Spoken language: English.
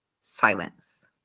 silence